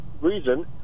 reason